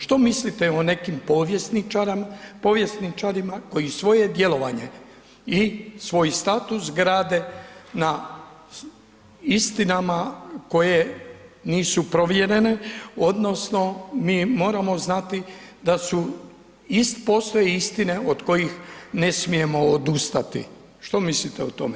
Što mislite o nekim povjesničarima koje svoje djelovanje i svoj status grade na istinama koje nisu provjerene odnosno mi moramo znati da su i postoje istine od kojih ne smijemo odustati, što mislite o tome?